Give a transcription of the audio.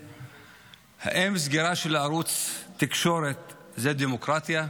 האם סגירה של ערוץ תקשורת היא דמוקרטיה?